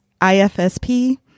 IFSP